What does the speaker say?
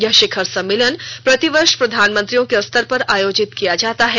यह शिखर सम्मेलन प्रतिवर्ष प्रधानमंत्रियों के स्तर पर आयोजित किया जाता है